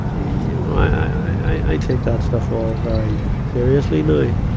you know i i take that stuff all very seriously now,